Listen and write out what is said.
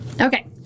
Okay